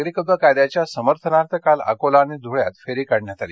नागरिकत्व कायद्याच्या समर्थनार्थ काल अकोला आणि ध्रळ्यात फेरी काढण्यात आली